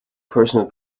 personal